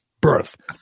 birth